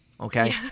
okay